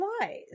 lies